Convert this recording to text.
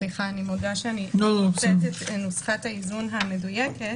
סליחה אני מודה שאני לא מוצאת את נוסחת האיזון המדויקת.